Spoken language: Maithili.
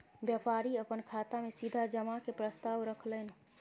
व्यापारी अपन खाता में सीधा जमा के प्रस्ताव रखलैन